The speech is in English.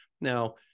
Now